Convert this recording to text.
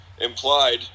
implied